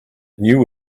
knew